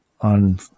on